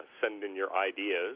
send-in-your-ideas